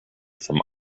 from